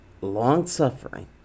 long-suffering